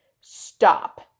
stop